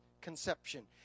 conception